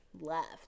left